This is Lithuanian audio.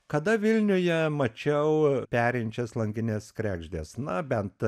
kada vilniuje mačiau perinčias langines kregždes na bent